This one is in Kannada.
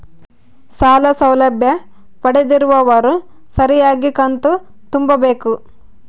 ಸಾಲ ಸೌಲಭ್ಯ ಪಡೆದಿರುವವರು ಸರಿಯಾಗಿ ಕಂತು ತುಂಬಬೇಕು?